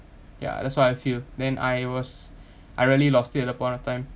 ya that's what I feel then I was I really lost it at that point of time